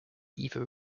either